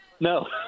No